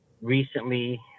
recently